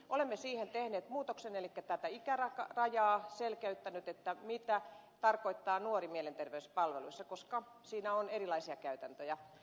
olemme siihen tehneet muutoksen elikkä selkeyttäneet tätä ikärajaa mitä tarkoittaa nuori mielenterveyspalveluissa koska siinä on erilaisia käytäntöjä